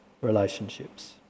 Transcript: relationships